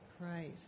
Christ